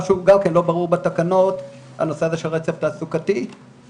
גם הנושא הזה של רצף תעסוקתי הוא לא ברור בתקנות.